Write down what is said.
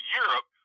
europe